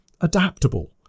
adaptable